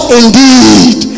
indeed